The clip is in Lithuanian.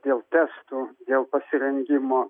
dėl testų dėl pasirengimo